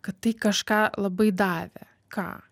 kad tai kažką labai davė ką